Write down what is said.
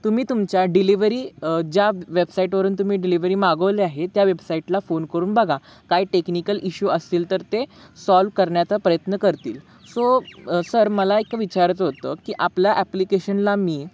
तुम्ही तुमच्या डिलिव्हरी ज्या वेबसाईटवरून तुम्ही डिलिव्हरी मागवली आहे त्या वेबसाईटला फोन करून बघा काय टेक्निकल इश्यू असतील तर ते सॉल्व्ह करण्याचा प्रयत्न करतील सो सर मला एक विचारायचं होतं की आपल्या ॲप्लिकेशनला मी